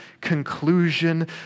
conclusion